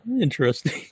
interesting